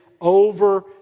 over